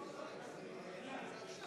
לרשותך עד עשר דקות.